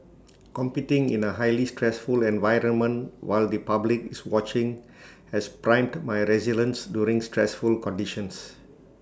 competing in A highly stressful environment while the public is watching has primed my resilience during stressful conditions